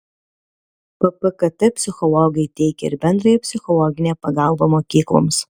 ppkt psichologai teikia ir bendrąją psichologinę pagalbą mokykloms